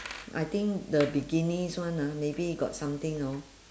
I think the bikinis one ah maybe got something hor